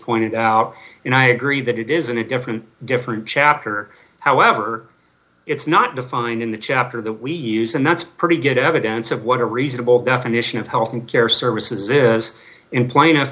pointed out and i agree that it isn't a different different chapter however it's not defined in the chapter that we use and that's pretty good evidence of what a reasonable definition of health care services is in plaintiff